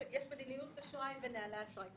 קודם כל, יש מדיניות אשראי ונהלי אשראי.